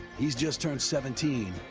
he's just turned seventeen,